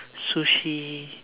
sushi